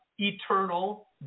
eternal